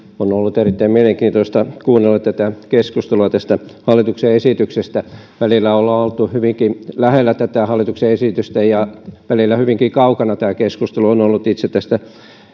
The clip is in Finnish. on on ollut erittäin mielenkiintoista kuunnella tätä keskustelua tästä hallituksen esityksestä välillä ollaan oltu hyvinkin lähellä tätä hallituksen esitystä ja välillä hyvinkin kaukana tämä keskustelu on ollut itse tästä